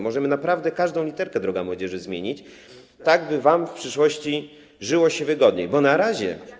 Możemy naprawdę każdą literkę, droga młodzieży, zmienić tak, by wam w przyszłości żyło się wygodniej, bo na razie.